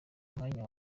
umwanya